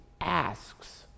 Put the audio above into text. asks